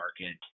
market